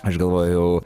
aš galvojau